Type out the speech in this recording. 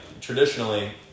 traditionally